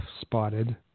spotted